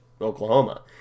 Oklahoma